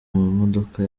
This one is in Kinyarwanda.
modoka